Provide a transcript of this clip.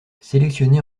sélectionnée